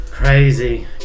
Crazy